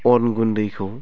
अन गुन्दैखौ